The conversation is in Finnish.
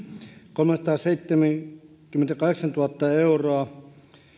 kolmesataaseitsemänkymmentäkahdeksantuhatta euroa